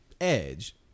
edge